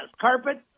carpet